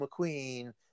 McQueen